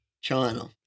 China